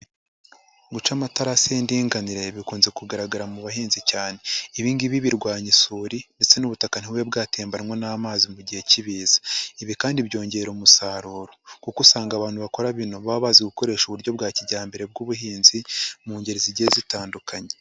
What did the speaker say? Guca amatarasi y'indinganire, bikunze kugaragara mu buhinzi cyane. Ibi ngibi birwanya isuri, ndetse n'ubutaka ntibube bwatembanywa n'amazi mu gihe cy'ibiza. Ibi kandi byongera umusaruro. Kuko usanga abantu bakora bino, baba bazi gukoresha uburyo bwa kijyambere bw'ubuhinzi, mu ngeri zigiye zitandukanye.